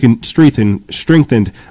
strengthened